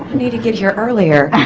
need to get here earlier